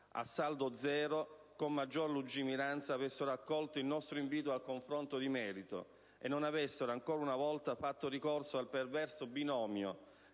e maggioranza, con maggiore lungimiranza, avessero accolto il nostro invito al confronto di merito e non avessero, ancora una volta, fatto ricorso al perverso binomio